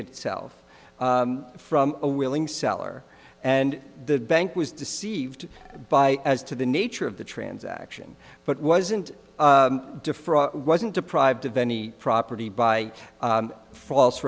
itself from a willing seller and the bank was deceived by as to the nature of the transaction but wasn't defraud wasn't deprived of any property by false